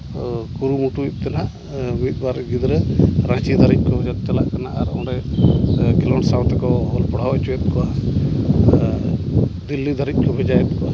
ᱠᱚ ᱠᱩᱨᱩᱢᱩᱴᱩᱭᱮᱫ ᱠᱟᱱᱟ ᱢᱤᱫᱼᱵᱟᱨ ᱜᱤᱫᱽᱨᱟᱹ ᱨᱟᱸᱪᱤ ᱫᱦᱟᱹᱨᱤᱡᱠᱚ ᱦᱤᱡᱩᱜ ᱪᱟᱞᱟᱜ ᱠᱟᱱᱟ ᱟᱨ ᱚᱸᱰᱮ ᱠᱷᱮᱞᱚᱰ ᱥᱟᱶᱛᱮᱠᱚ ᱚᱞ ᱯᱟᱲᱦᱟᱣ ᱦᱚᱪᱚᱭᱮᱫ ᱠᱚᱣᱟ ᱟᱨ ᱫᱤᱞᱞᱤ ᱫᱷᱟᱹᱨᱤᱡᱠᱚ ᱵᱷᱮᱡᱟᱭᱮᱫ ᱠᱚᱣᱟ